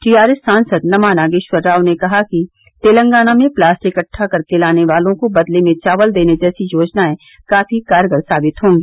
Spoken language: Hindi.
टीआरएस सांसद नमा नागेश्वर राव ने कहा कि तेलंगाना में प्लास्टिक इकट्टा करके लाने वालों को बदले में चावल देने जैसी योजनाएं काफी कारगर साबित होंगी